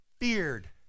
feared